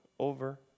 Over